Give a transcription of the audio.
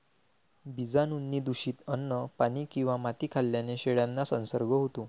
बीजाणूंनी दूषित अन्न, पाणी किंवा माती खाल्ल्याने शेळ्यांना संसर्ग होतो